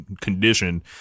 condition